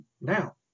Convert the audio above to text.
now